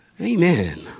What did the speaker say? Amen